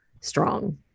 strong